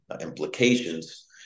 implications